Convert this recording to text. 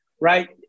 right